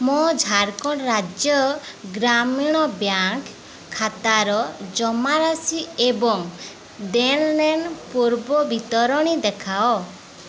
ମୋର ଝାଡ଼ଖଣ୍ଡ ରାଜ୍ୟ ଗ୍ରାମୀଣ ବ୍ୟାଙ୍କ୍ ଖାତାର ଜମାରାଶି ଏବଂ ଦେଣନେଣର ପୂର୍ବବିବରଣୀ ଦେଖାଅ